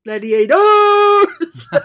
Gladiators